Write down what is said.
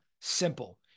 simple